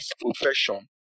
profession